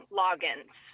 logins